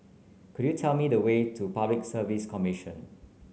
could you tell me the way to Public Service Commission